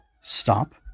stop